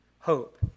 Hope